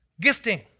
gifting